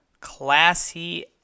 classy